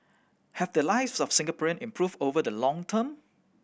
have the lives of Singaporean improved over the long term